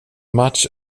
much